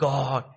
God